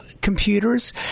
computers